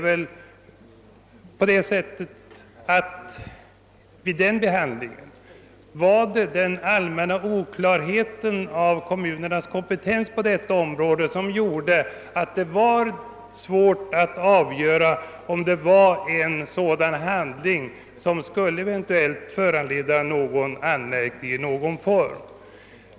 Men vid den behandlingen var det väl den allmänna oklarheten beträffande kommunernas kompetens på detta område som gjorde det svårt att avgöra om regeringsbeslutet eventuellt skulle föranleda anmärkning i någon form.